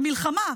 במלחמה,